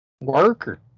Worker